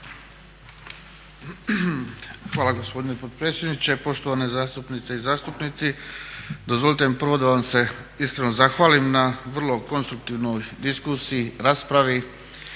Hvala gospodine potpredsjedniče, poštovane zastupnice i zastupnici. Dozvolite mi prvo da vam se iskreno zahvalim na vrlo konstruktivnoj diskusiji, raspravi